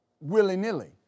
willy-nilly